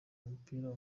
umupira